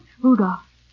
Rudolph